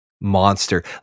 monster